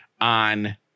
on